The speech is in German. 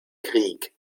krieg